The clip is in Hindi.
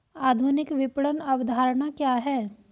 आधुनिक विपणन अवधारणा क्या है?